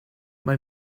mae